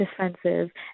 defensive